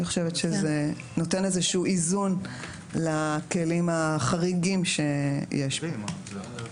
אני חושבת שזה נותן איזשהו איזון לכלים החריגים שיש פה.